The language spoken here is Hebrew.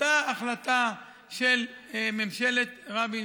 אותה החלטה של ממשלת רבין,